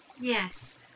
Yes